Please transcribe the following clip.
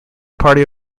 party